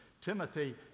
Timothy